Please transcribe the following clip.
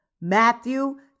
Matthew